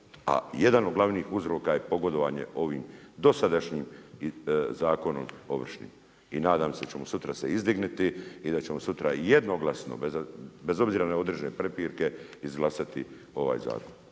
A jedan od glavnih uzroka je pogodovanje ovim dosadašnjim zakonom ovršnim i nadam se da ćemo se sutra izdignuti i da ćemo sutra jednoglasno, bez obzira na određene prepirke izglasati ove izmjene